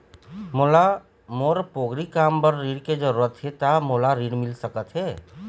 मोला मोर पोगरी काम बर ऋण के जरूरत हे ता मोला ऋण मिल सकत हे?